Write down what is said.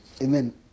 Amen